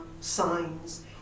signs